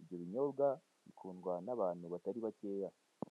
ibyo binyobwa bikundwa n'abantu batari bakeya.